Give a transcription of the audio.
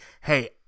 Hey